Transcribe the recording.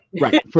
right